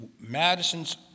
Madison's